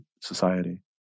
society